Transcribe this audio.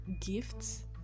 gifts